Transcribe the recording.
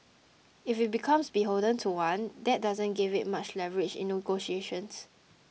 if it becomes beholden to one that doesn't give it much leverage in negotiations